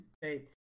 Hey